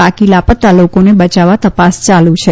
બાકી લાપતા લોકોને બયાવવા તપાસ યાલુ છે